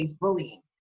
bullying